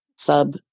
sub